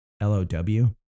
L-O-W